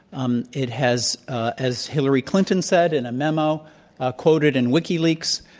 um it has ah as hillary clinton said in a memo ah quoted in wikileaks